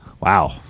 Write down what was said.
wow